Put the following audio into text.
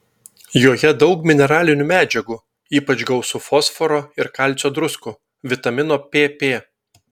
joje daug mineralinių medžiagų ypač gausu fosforo ir kalcio druskų vitamino pp